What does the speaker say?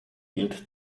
gilt